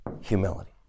humility